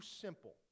simple